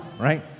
right